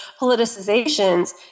politicizations